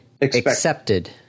accepted